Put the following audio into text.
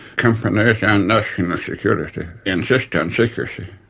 companies and national ah security insist on secrecy,